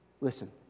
Listen